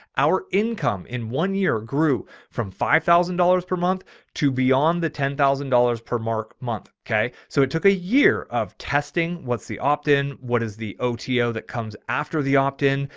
our income in one year grew from five thousand dollars per month to beyond the ten thousand dollars per mark. month. okay. so it took a year of testing. what's the optin. what is the oto that comes after the optin?